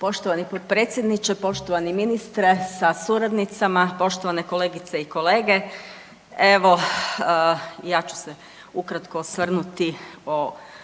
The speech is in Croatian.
Poštovani potpredsjedniče, poštovani ministre sa suradnicima, poštovane kolegice i kolege. Evo ja ću se ukratko osvrnuti o